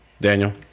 Daniel